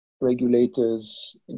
regulators